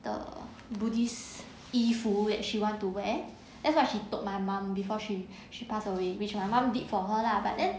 the buddhist 衣服 which she want to wear that's what she told my mum before she she passed away which my mum did for her lah but then